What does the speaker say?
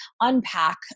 unpack